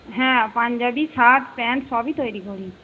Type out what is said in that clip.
হ্যাঁ Punjabi shirt pant সবই তৈরি করি